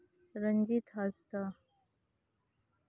Ranjit Hansda